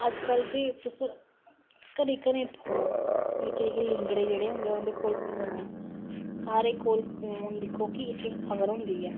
अजकल फिह् तुस घरें घरें फोन निक्के निक्के लिंगडे जेहडे होंदे ओह् उंदे कोल फोन सारें कोल फोन दिक्खो कि इक इक खब़र होंदी ऐ